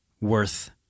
worth